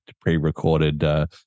pre-recorded